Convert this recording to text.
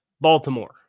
Baltimore